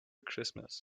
christmas